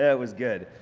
yeah was good.